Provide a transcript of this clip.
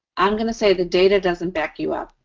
i'm gonna say the data doesn't back you up.